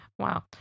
wow